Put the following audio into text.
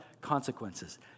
consequences